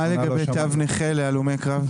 מה לגבי תו נכה להלומי קרב?